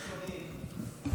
לא שומעים.